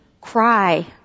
cry